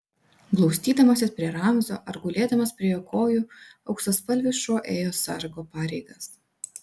glaustydamasis prie ramzio ar gulėdamas prie jo kojų auksaspalvis šuo ėjo sargo pareigas